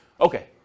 Okay